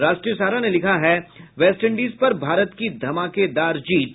राष्ट्रीय सहारा ने लिखा है वेस्टइंडीज पर भारत की धमाकेदार जीत